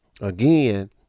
again